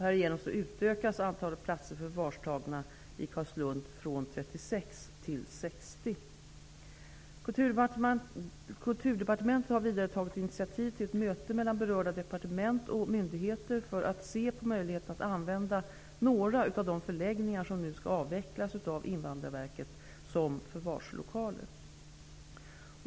Härigenom utökas antalet platser för förvarstagna i Carlslund från 36 Kulturdepartementet har vidare tagit initiativ till ett möte mellan berörda departement och myndigheter för att se på möjligheterna att använda några av de förläggningar som nu skall avvecklas av Invandrarverket som förvarslokaler.